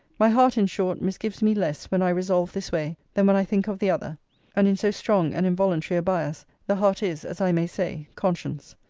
my heart, in short, misgives me less, when i resolve this way, than when i think of the other and in so strong and involuntary a bias, the heart is, as i may say, conscience.